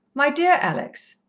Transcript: my dear alex,